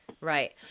Right